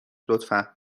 لطفا